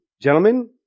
gentlemen